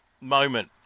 moment